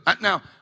Now